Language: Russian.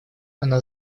она